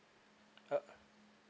yup